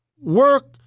work